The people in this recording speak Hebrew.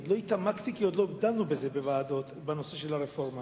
עוד לא התעמקתי כי עוד לא דנו בוועדות בנושא הרפורמה,